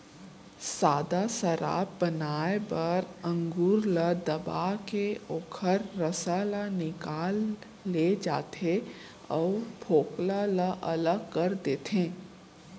सादा सराब बनाए बर अंगुर ल दबाके ओखर रसा ल निकाल ले जाथे अउ फोकला ल अलग कर देथे